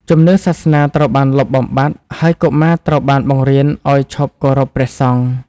ជំនឿសាសនាត្រូវបានលុបបំបាត់ ហើយកុមារត្រូវបានបង្រៀនឱ្យឈប់គោរពព្រះសង្ឃ។